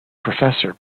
professor